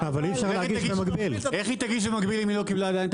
אינו גרוע יותר,